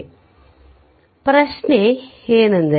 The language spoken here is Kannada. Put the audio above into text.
ಆದ್ದರಿಂದ ಪ್ರಶ್ನೆ ಅದು